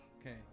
Okay